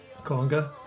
Conga